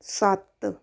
ਸੱਤ